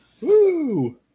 Woo